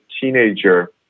teenager